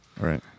right